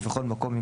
ובכל מקום,